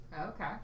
Okay